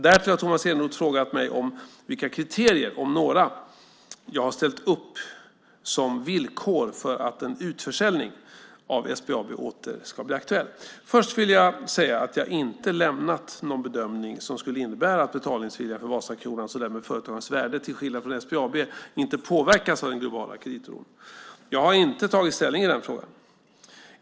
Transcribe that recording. Därtill har Tomas Eneroth frågat mig vilka kriterier, om några, jag har ställt upp som villkor för att en utförsäljning av SBAB åter ska bli aktuell. Först vill jag säga att jag inte lämnat någon bedömning som skulle innebära att betalningsviljan för Vasakronans och därmed företagets värde, till skillnad från SBAB, inte påverkats av den globala kreditoron. Jag har inte tagit ställning i den frågan.